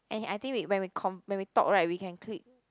and he I think when we con~ when we talk right we can click